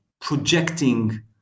projecting